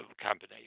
company